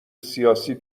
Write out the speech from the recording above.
سیاسی